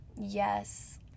yes